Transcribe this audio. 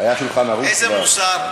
איזה מוסר?